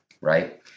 Right